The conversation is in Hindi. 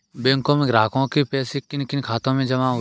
बैंकों में ग्राहकों के पैसे किन किन खातों में जमा होते हैं?